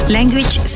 Language